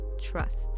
trust